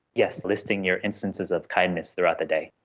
yes, listing your instances of kindness throughout the day.